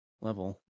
level